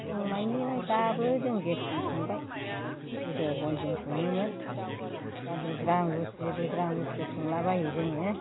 जों माने दाबो जों गेसजों संबाय गोदो बनजों सङोमोन दा बुद्रां बुस्रि बुद्रां बुस्रि संलाबायो जोङो